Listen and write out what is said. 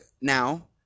now